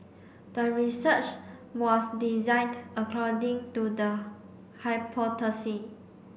the research was designed according to the hypothesis